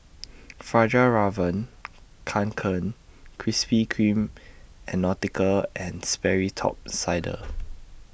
Fjallraven Kanken Krispy Kreme and Nautica and Sperry Top Sider